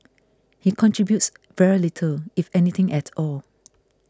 he contributes very little if anything at all